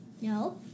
No